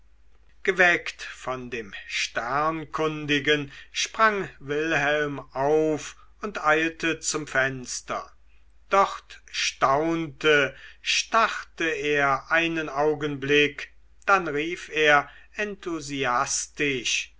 geweckt von dem sternkundigen sprang wilhelm auf und eilte zum fenster dort staunte starrte er einen augenblick dann rief er enthusiastisch